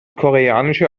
koreanische